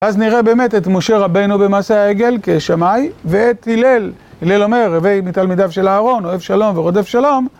אז נראה באמת את משה רבנו במעשה העגל כשמאי ואת הלל, הלל אומר הווי מתלמידיו של אהרון אוהב שלום ורודף שלום